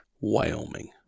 Wyoming